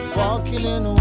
walking in